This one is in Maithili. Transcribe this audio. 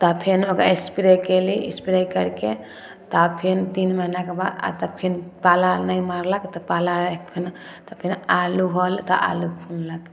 तऽ फेन ओकरा एस्प्रे कएली एस्प्रे करिके तऽ फेन तीन महिनाके बाद आओर तऽ फेन पाला नहि मारलक तऽ पाला एखन तऽ फेन आलू होल तऽ आलू खुनलक